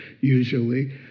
usually